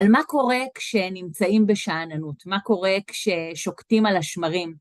אבל מה קורה כשנמצאים בשאננות? מה קורה כששוקטים על השמרים?